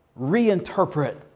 reinterpret